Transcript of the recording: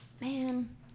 man